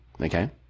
Okay